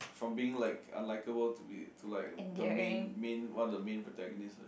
from being like unlikeable to be to like the main main one of the main protagonist